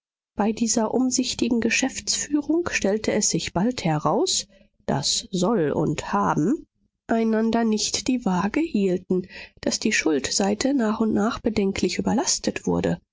bei dieser umsichtigen geschäftsführung stellte es sich bald heraus daß soll und haben einander nicht die wage hielten daß die schuldseite nach und nach bedenklich überlastet wurde